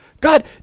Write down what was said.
God